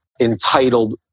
entitled